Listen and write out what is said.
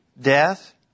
death